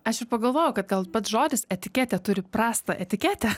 aš ir pagalvojau kad gal pats žodis etiketė turi prastą etiketę